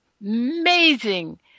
amazing